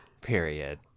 period